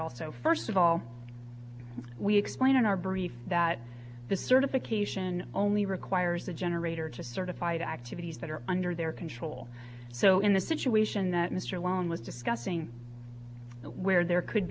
also first of all we explained in our brief that the certification only requires the generator to certified activities that are under their control so in the situation that mr lone was discussing where there could